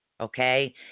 Okay